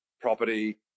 property